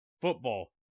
football